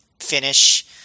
finish